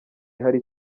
ihari